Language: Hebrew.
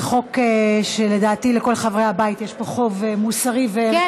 זה חוק שלדעתי לכל חברי הבית יש פה חוב מוסרי וערכי למשפחות השכולות.